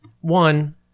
one